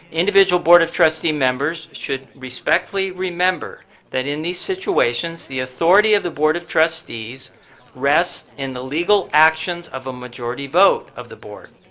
individual board of trustees members should respectfully remember that in these situations, the authority of the board of trustees rests in the legal actions of a majority vote of the board.